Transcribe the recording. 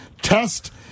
test